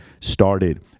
started